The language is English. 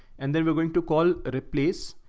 and then we're going to call, replace,